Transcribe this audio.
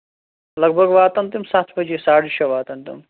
لگ بگ واتَن تِم سَتھ بَجے ساڑٕ شیٚے واتَن تِم